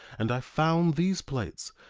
and i found these plates,